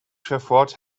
trafford